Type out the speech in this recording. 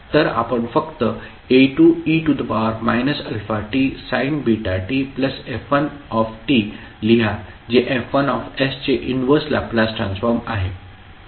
तर आपण फक्त A2e αtsin βtf1 लिहा जे F1 चे इनव्हर्स लॅपलास ट्रान्सफॉर्म आहे